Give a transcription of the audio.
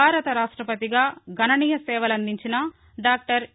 భారత రాష్ట్రపతిగా గణనీయ సేవలందించిన డాక్టర్ ఎ